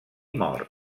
mort